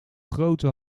grote